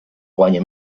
guanya